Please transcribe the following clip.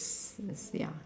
ya